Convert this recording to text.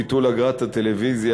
ביטול אגרת הטלוויזיה),